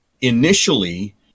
initially